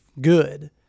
good